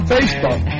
Facebook